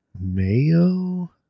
Mayo